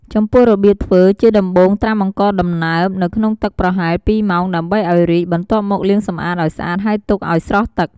ចំពោះរបៀបធ្វើ ជាដំបូង ត្រាំអង្ករដំណើបនៅក្នុងទឹកប្រហែល ២ម៉ោងដើម្បីឱ្យរីក បន្ទាប់មកលាងសម្អាតឱ្យស្អាតហើយទុកឱ្យស្រស់ទឹក។